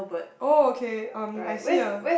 oh okay um I see a